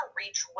reach